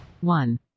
One